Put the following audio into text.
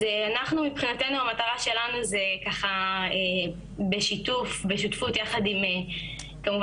אז אנחנו מבחינתנו המטרה שלנו זה בשותפות יחד עם כמובן,